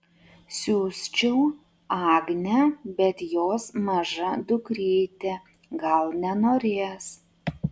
siųsčiau agnę bet jos maža dukrytė gal nenorės